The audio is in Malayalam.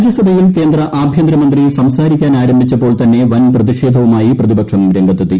രാജ്യസഭയിൽ കേന്ദ്ര ആഭ്യന്തര മന്ത്രി സംസാരിക്കാൻ ആരംഭിച്ചപ്പോൾ തന്നെ വൻ പ്രതിഷേധവുമായി പ്രതിപക്ഷം രംഗത്തെത്തി